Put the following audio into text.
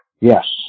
Yes